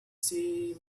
see